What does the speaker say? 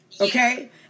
okay